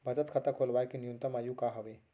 बचत खाता खोलवाय के न्यूनतम आयु का हवे?